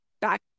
back